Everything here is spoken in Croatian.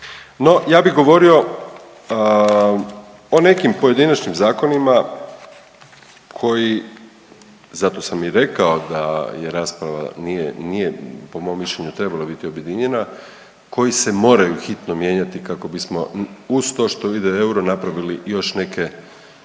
ja bih govorio o nekim pojedinačnim zakonima koji zato sam i rekao da rasprava nije po mom mišljenju trebala biti objedinjena, koji se moraju hitno mijenjati kako bismo uz to što vide euro napravili još neke